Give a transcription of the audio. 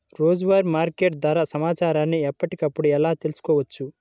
రోజువారీ మార్కెట్ ధర సమాచారాన్ని ఎప్పటికప్పుడు ఎలా తెలుసుకోవచ్చు?